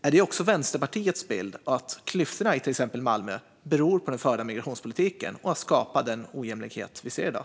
Är det också Vänsterpartiets bild att klyftorna i exempelvis Malmö beror på den förda migrationspolitiken och att det är denna som har skapat den ojämlikhet vi ser i dag?